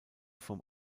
vom